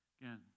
Again